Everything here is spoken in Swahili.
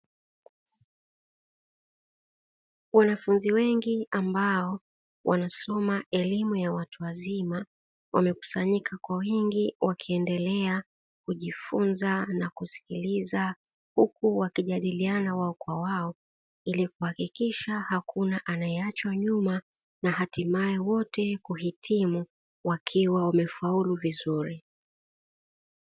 Wanafunzi wengi, ambao wanasoma elimu ya watu wazima, wamekusanyika kwa wingi wakiendelea kujifunza na kusikiliza, huku wakijadiliana wao kwa wao ili kuhakikisha hakuna anayeachwa nyuma, na hatimaye wote kuhitimu wakiwa wamefaulu vizuri.